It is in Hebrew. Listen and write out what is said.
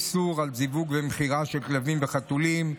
איסור על זיווג ומכירה של כלבים וחתולים),